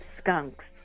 skunks